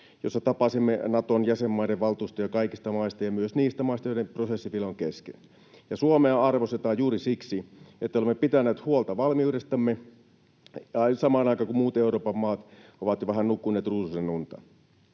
missä tapasimme Naton jäsenmaiden valtuustoja kaikista maista ja myös niistä maista, joiden prosessi vielä on kesken. Suomea arvostetaan juuri siksi, että olemme pitäneet huolta valmiudestamme samaan aikaan, kun muut Euroopan maat ovat jo vähän nukkuneet ruususenunta.